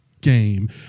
game